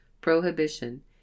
Prohibition